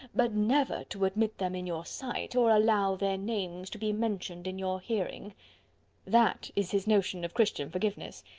but never to admit them in your sight, or allow their names to be mentioned in your hearing that is his notion of christian forgiveness!